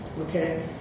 okay